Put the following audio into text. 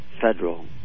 federal